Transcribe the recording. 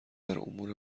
امور